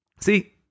See